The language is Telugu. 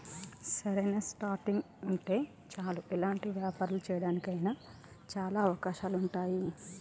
సరైన స్టార్టింగ్ ఉంటే చాలు ఎలాంటి వ్యాపారాలు చేయడానికి అయినా చాలా అవకాశాలు ఉంటాయి